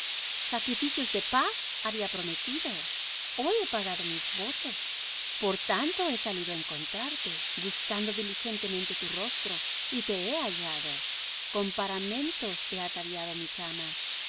sacrificios de paz había prometido hoy he pagado mis votos por tanto he salido á encontrarte buscando diligentemente tu rostro y te he hallado con paramentos he ataviado mi cama